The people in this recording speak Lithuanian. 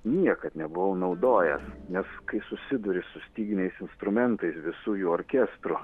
niekad nebuvau naudojęs nes kai susiduri su styginiais instrumentais visu jų orkestru